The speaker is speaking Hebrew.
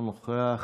אינו נוכח,